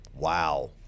wow